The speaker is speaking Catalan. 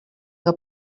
que